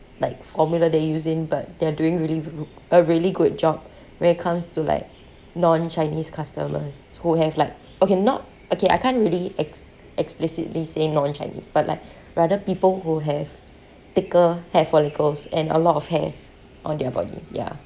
like formula they're using but they're doing really real~ a really good job when it comes to like non-chinese customers who have like okay not okay I can't really ex~ explicitly say non-chinese but like rather people who have thicker hair follicles and a lot of hair on their body ya